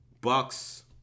Bucks